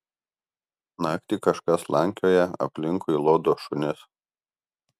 naktį kažkas slankioja aplinkui lodo šunis